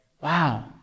wow